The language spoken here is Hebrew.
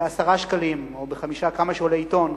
ב-10 שקלים, או ב-6-5 שקלים, כמה שעולה עיתון.